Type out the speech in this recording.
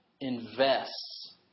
invests